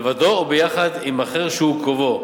לבדו או ביחד עם אחר שהוא קרובו,